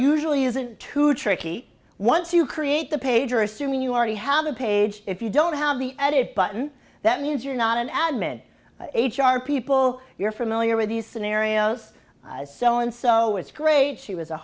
usually isn't too tricky once you create the page or assuming you are to have a page if you don't have the edit button that means you're not an admin h r people you're familiar with these scenarios as so and so it's great she was a